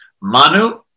Manu